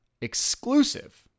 Exclusive